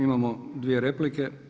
Imamo dvije replike.